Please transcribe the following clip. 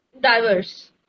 diverse